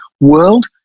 world